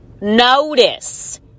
notice